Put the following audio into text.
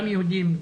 גם יהודים,